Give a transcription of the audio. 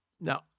Now